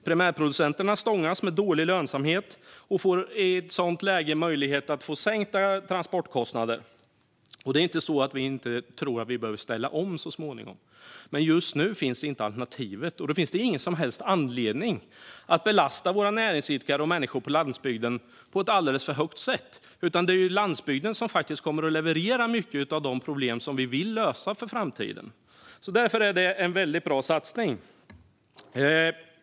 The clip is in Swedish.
Primärproducenterna stångas med dålig lönsamhet och får i ett sådant läge möjlighet att få sänkta transportkostnader. Det är inte så att vi inte tror att vi behöver ställa om så småningom, men just nu finns inte alternativet. Då finns det heller ingen som helst anledning att belasta våra näringsidkare och människor på landsbygden på ett alldeles för tungt sätt. Det är ju landsbygden som kommer att leverera mycket av lösningen på de problem som vi vill lösa för framtiden. Därför är detta en väldigt bra satsning.